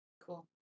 Cool